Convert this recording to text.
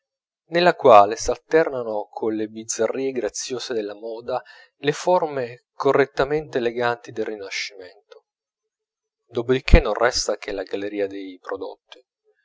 nella quale s'alternano colle bizzarrie graziose della moda le forme correttamente eleganti del rinascimento dopo di che non resta che la galleria dei prodotti